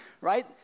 right